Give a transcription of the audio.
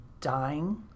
dying